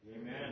Amen